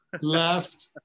left